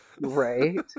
Right